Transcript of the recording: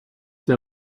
der